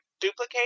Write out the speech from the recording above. duplicate